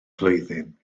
flwyddyn